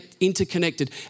interconnected